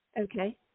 Okay